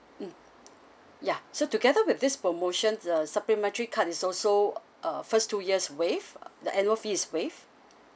mm ya so together with this promotion the supplementary card is also uh first two years waived the annual fee is waived